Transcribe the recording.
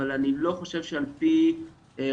אבל אני לא חושב שעל פי חוק